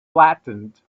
flattened